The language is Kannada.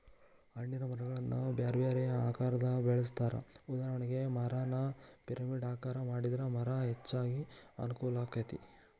ಹಣ್ಣಿನ ಮರಗಳನ್ನ ಬ್ಯಾರ್ಬ್ಯಾರೇ ಆಕಾರದಾಗ ಬೆಳೆಸ್ತಾರ, ಉದಾಹರಣೆಗೆ, ಮರಾನ ಪಿರಮಿಡ್ ಆಕಾರ ಮಾಡಿದ್ರ ಮರ ಹಚ್ಚಾಕ ಅನುಕೂಲಾಕ್ಕೆತಿ